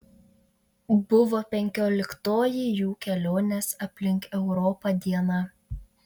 buvo penkioliktoji jų kelionės aplink europą diena